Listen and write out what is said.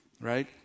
right